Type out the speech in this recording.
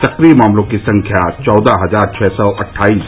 सक्रिय मामलों की संख्या चौदह हजार छह सौ अट्ठाइस